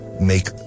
make